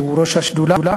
שהוא ראש השדולה,